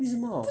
为什么